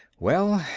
well,